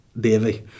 Davy